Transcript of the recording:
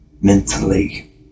mentally